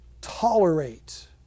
tolerate